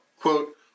quote